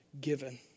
given